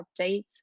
updates